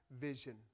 vision